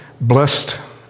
blessed